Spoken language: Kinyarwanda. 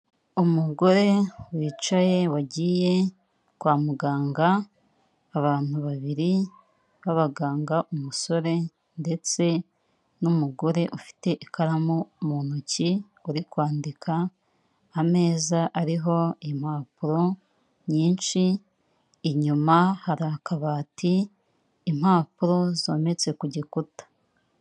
Umugore wicaye wagiye kwa muganga, abantu babiri b'abaganga [umusore ndetse n'umugore ufite ikaramu mu ntoki uri kwandika], ameza ariho impapuro nyinshi, inyuma hari akabati, impapuro zometse ku gikuta.